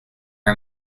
are